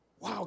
Wow